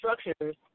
structures